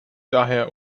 daher